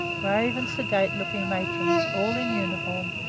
grave and sedate-looking matrons, all in uniform,